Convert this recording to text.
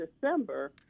December